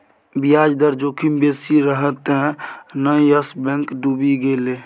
ब्याज दर जोखिम बेसी रहय तें न यस बैंक डुबि गेलै